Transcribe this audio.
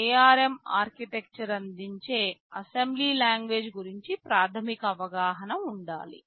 ARM architecture అందించే assembly language గురించి ప్రాథమిక అవగాహన ఉండాలి